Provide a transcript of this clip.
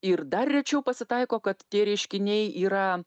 ir dar rečiau pasitaiko kad tie reiškiniai yra